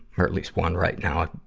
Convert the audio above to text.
or at least one right now, a,